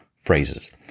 phrases